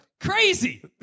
Crazy